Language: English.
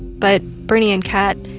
but bernie and kat,